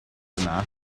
yna